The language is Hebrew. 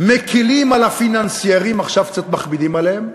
מקלים על הפיננסיירים, עכשיו קצת מכבידים עליהם,